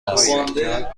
هستی